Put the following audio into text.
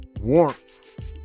warmth